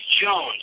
Jones